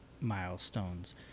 milestones